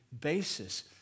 basis